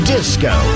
Disco